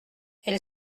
elle